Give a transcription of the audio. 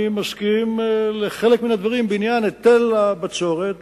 שאני מסכים לחלק מן הדברים בעניין היטל הבצורת,